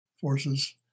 forces